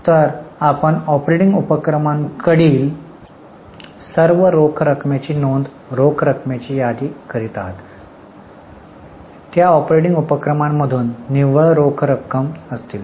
तर आपण ऑपरेटिंग उपक्रमांकडील सर्व रोख रकमेची नोंद रोख रकमेची यादी करीत आहात त्या ऑपरेटिंग उपक्रमांमधून निव्वळ रोख रक्कम असतील